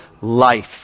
life